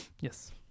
Yes